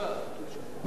מה הסיבה?